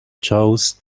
chose